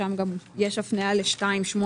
שם גם יש הפנייה לסעיף 2(8),